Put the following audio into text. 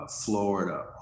Florida